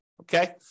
okay